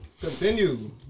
continue